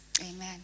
Amen